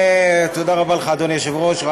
תודה רבה לך, אדוני היושב-ראש.